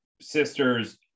sister's